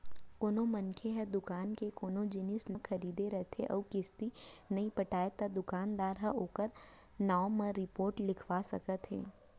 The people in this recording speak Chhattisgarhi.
कोनो मनसे ह दुकान ले कोनो जिनिस लोन म खरीदे रथे अउ किस्ती नइ पटावय त दुकानदार ह ओखर नांव म रिपोट लिखवा सकत हे